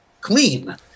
clean